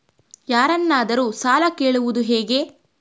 ಯಾರನ್ನಾದರೂ ಸಾಲ ಕೇಳುವುದು ಹೇಗೆ?